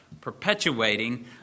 perpetuating